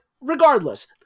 regardless